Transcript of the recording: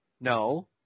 No